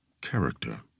character